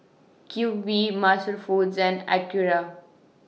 Q V Master Foods and Acura